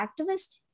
activist